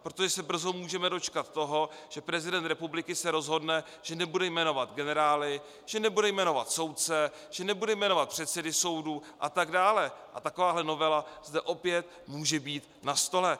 Protože se brzo můžeme dočkat toho, že se prezident republiky rozhodne, že nebude jmenovat generály, že nebude jmenovat soudce, že nebude jmenovat předsedy soudů atd., a takováhle novela zde opět může být na stole.